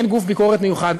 אין גוף ביקורת מיוחד,